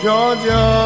Georgia